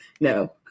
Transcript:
no